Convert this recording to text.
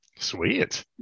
Sweet